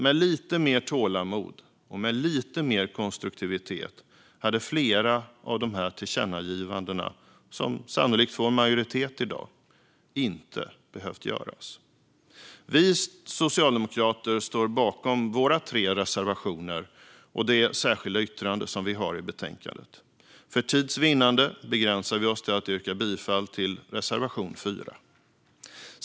Med lite mer tålamod och med lite mer konstruktivitet hade flera av de här tillkännagivandena, som sannolikt får majoritet i dag, inte behövt göras. Vi socialdemokrater står bakom våra tre reservationer och det särskilda yttrande som vi har i betänkandet. För tids vinnande begränsar vi oss dock till att yrka bifall till reservation 4.